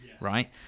right